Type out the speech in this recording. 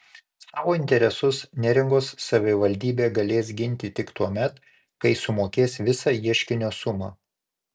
savo interesus neringos savivaldybė galės ginti tik tuomet kai sumokės visą ieškinio sumą